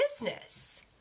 business